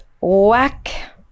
whack